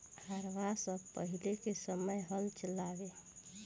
हरवाह सन पहिले के समय हल चलावें